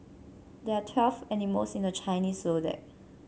there are twelve animals in the Chinese Zodiac